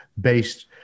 based